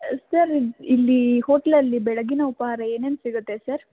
sir ಇಲ್ಲಿ ಹೋಟೆಲಲ್ಲಿ ಬೆಳಗ್ಗಿನ ಉಪಾಹಾರ ಏನೇನು ಸಿಗತ್ತೆ ಸರ್